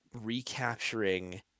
recapturing